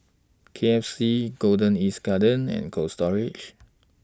K F C Golden East Garden and Cold Storage